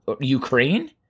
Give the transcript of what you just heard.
Ukraine